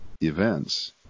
events